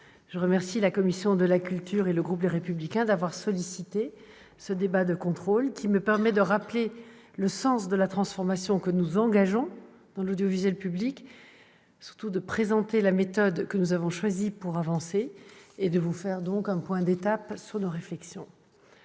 je remercie la commission de la culture et le groupe Les Républicains d'avoir sollicité ce débat de contrôle, qui me permet de rappeler le sens de la transformation que nous engageons dans l'audiovisuel public, de présenter la méthode que nous avons choisie pour avancer, et de vous faire un point d'étape sur nos réflexions.